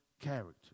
character